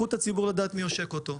הוא זכות הציבור לדעת מי עושק אותו.